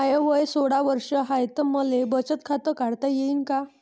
माय वय सोळा वर्ष हाय त मले बचत खात काढता येईन का?